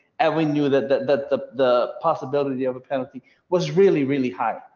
and we knew that that that the the possibility of a penalty was really really high.